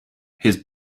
his